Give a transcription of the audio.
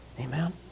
Amen